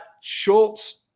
Schultz